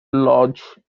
lodge